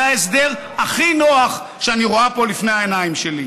זה ההסדר הכי נוח שאני רואה פה לפני העיניים שלי.